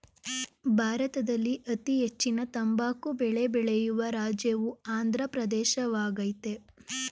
ಭಾರತದಲ್ಲಿ ಅತೀ ಹೆಚ್ಚಿನ ತಂಬಾಕು ಬೆಳೆ ಬೆಳೆಯುವ ರಾಜ್ಯವು ಆಂದ್ರ ಪ್ರದೇಶವಾಗಯ್ತೆ